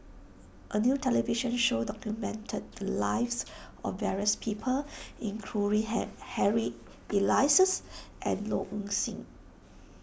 a new television show documented the lives of various people including Ha Harry Elias and Low Ing Sing